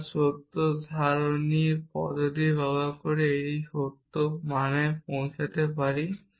আমরা সত্য সারণী পদ্ধতির ব্যবহার করে এটি সত্য মানতে পৌঁছাতে পারি